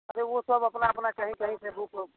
अरे वह सब अपना अपना कहीं कहीं से बुक ऊक